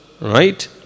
Right